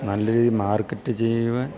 നല്ല രീതിയിൽ മാർക്കറ്റ് ചെയ്യുവാൻ